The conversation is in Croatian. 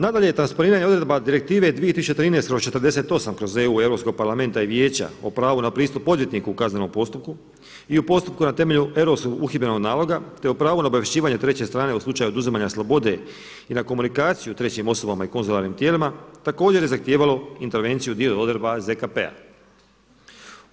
Nadalje, transponiranje odredaba Direktive 2013/48/EU Europskog parlamenta i Vijeća o pravu na pristup odvjetniku u kaznenom postupku i u postupku na temelju europskog uhidbenog naloga te o pravu na obavješćivanje treće strane u slučaju oduzimanja slobode i na komunikaciju trećim osobama i konzularnim tijelima također je zahtijevalo intervenciju dio odredba ZKP-a.